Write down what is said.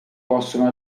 possono